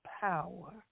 power